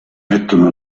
mettono